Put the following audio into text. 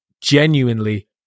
genuinely